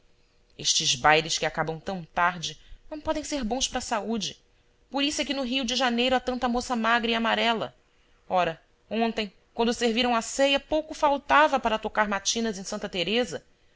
estes bailes que acabam tão tarde não podem ser bons para a saúde por isso é que no rio de janeiro há tanta moça magra e amarela ora ontem quando serviram a ceia pouco faltava para tocar matinas em santa teresa